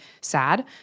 sad